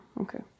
Okay